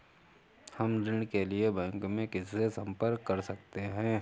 हम ऋण के लिए बैंक में किससे संपर्क कर सकते हैं?